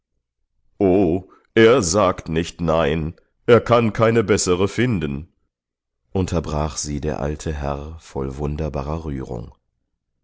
er sagt nicht nein er kann keine bessere finden unterbrach sie der alte herr voll wunderbarer rührung